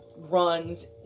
Runs